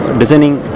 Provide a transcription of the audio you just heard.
designing